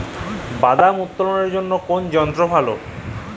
বাদাম উত্তোলনের জন্য কোন যন্ত্র ভালো?